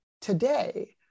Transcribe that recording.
today